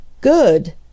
Good